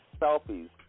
selfies